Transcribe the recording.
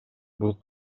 бул